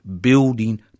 building